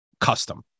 custom